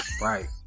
right